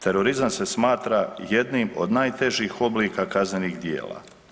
Terorizam se smatra jednim od najtežih oblika kaznenih djela.